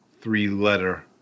three-letter